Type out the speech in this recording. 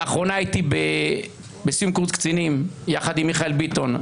לאחרונה הייתי בסיום קורס קצינים יחד עם מיכאל ביטון.